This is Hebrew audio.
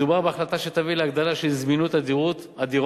מדובר בהחלטה שתביא להגדלה של זמינות הדירות